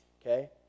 Okay